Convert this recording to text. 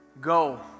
Go